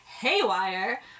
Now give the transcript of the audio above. haywire